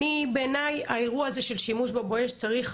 בעיני האירוע הזה של שימוש ב"בואש" צריך